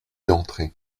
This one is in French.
d’entrer